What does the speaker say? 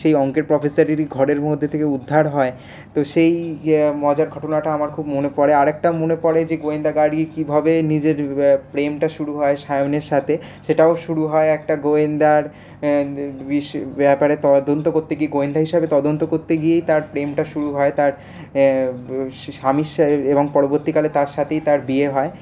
সেই অঙ্কের প্রফেসারেরই ঘরের মধ্যে থেকে উদ্ধার হয় তো সেই মজার ঘটনাটা আমার খুব মনে পরে আরেকটাও মনে পরে যে গোয়েন্দা গার্গী কিভাবে নিজের প্রেমটা শুরু হয় সায়নের সাথে সেটাও শুরু হয় একটা গোয়েন্দার ব্যাপারে তদন্ত করতে গিয়ে গোয়েন্দা হিসাবে তদন্ত করতে গিয়েই তার প্রেমটা শুরু হয় তার এবং পরবর্তীকালে তার সাথেই তার বিয়ে হয়